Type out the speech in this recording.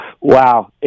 Wow